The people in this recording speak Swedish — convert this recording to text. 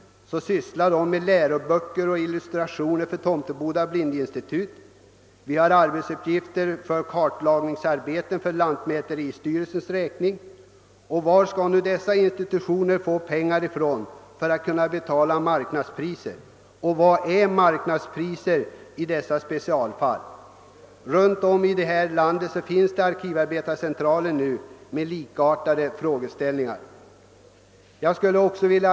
De sysslar med läroböcker och illustrationer för Tomteboda blindinstitut och de utför arbetsuppgifter som gäller kartlagningsarbeten för lantmäteristyrelsens räkning. Varifrån skall dessa institutioner få pengar för att kunna betala »marknadspriser» — och vad är marknadspriser i dessa specialfall? Runtom i landet finns arkivarbetscentraler där frågeställningarna är likartade.